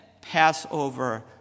Passover